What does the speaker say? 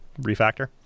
refactor